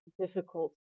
difficult